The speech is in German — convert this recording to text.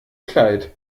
kleid